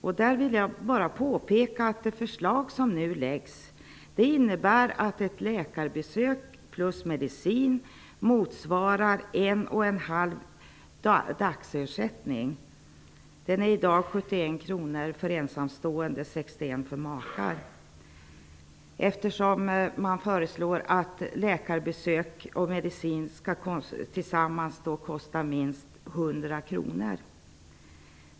Jag vill bara påpeka att det förslag som lagts fram innebär att avgiften för ett läkarbesök plus medicin motsvarar ett och ett halvt dagbidrag. Detta är i dag 71 kr dag för makar. Läkarbesök och medicin föreslås tillsammans kosta minst 100 kr.